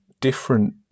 different